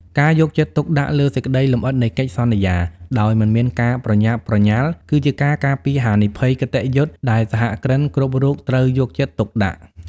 ការយកចិត្តទុកដាក់លើសេចក្ដីលម្អិតនៃកិច្ចសន្យា ដោយមិនមានការប្រញាប់ប្រញាល់ គឺជាការការពារហានិភ័យគតិយុត្តិដែលសហគ្រិនគ្រប់រូបត្រូវយកចិត្តទុកដាក់។